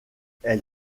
elle